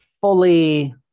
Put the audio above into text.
fully